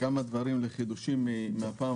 כמה דברים חדשים מהדיון